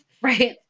Right